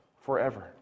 forever